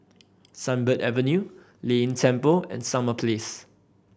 Sunbird Avenue Lei Yin Temple and Summer Place